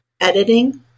editing